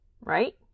right